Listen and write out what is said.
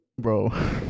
Bro